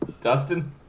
Dustin